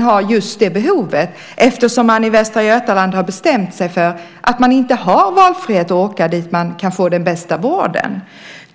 har ett behov av det, eftersom landstinget i Västra Götaland har bestämt att man inte har valfrihet att åka dit där man kan få den bästa vården?